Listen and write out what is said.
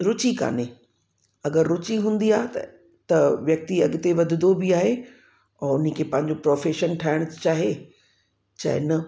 रुचि कोन्हे अगरि रुचि हूंदी आहे त त व्यक्ति अॻिते वधंदो बि आहे औरि उन खे पंहिंजो प्रोफेशन ठाहिणु चाहे चाहे न